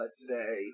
today